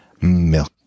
Milk